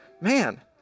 man